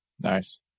Nice